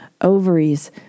ovaries